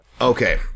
Okay